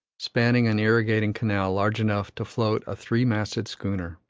spanning an irrigating canal large enough to float a three-masted schooner.